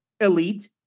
elite